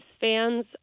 fans